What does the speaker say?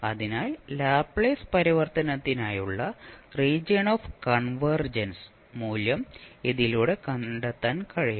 അതിനാൽ ലാപ്ലേസ് പരിവർത്തനത്തിനായുള്ള region of convergence മൂല്യം ഇതിലൂടെ കണ്ടെത്താൻ കഴിയും